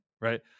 right